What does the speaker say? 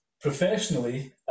professionally